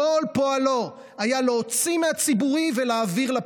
כל פועלו היה להוציא מהציבורי ולהעביר לפרטי.